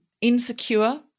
Insecure